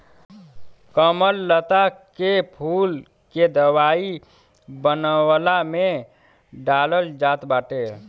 कमललता के फूल के दवाई बनवला में डालल जात बाटे